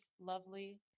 lovely